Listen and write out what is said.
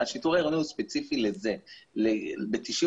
רגע, השיטור העירוני הוא ספציפי לזה, ב-90%,